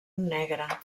negre